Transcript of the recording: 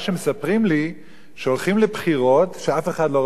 לי שהולכים לבחירות שאף אחד לא רוצה אותן,